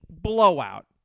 blowout